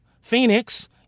Phoenix